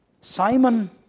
Simon